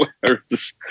Whereas